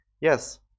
Yes